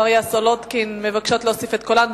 מרינה סולודקין מבקשות להוסיף את קולן,